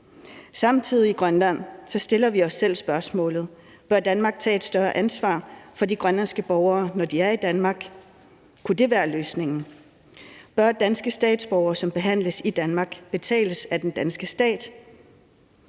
Samtidig stiller vi os i Grønland selv spørgsmålet: Bør Danmark tage et større ansvar for de grønlandske borgere, når de er i Danmark? Kunne det være løsningen? Bør danske statsborgere, som behandles i Danmark, betales af den danske stat?